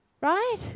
Right